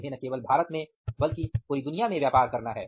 उन्हें न केवल भारत में बल्कि पूरी दुनिया में व्यापार करना है